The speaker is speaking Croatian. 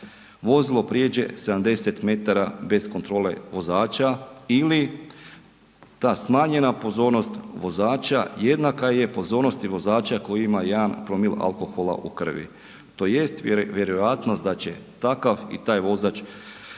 vozilo prijeđe 70 m bez kontrole vozača ili ta smanjena pozornost vozača jednaka je pozornosti vozača koju ima 1 promil alkohola u krvi tj. vjerojatnost da će takav i taj vozač